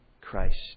Christ